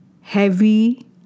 heavy